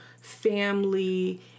family